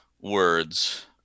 words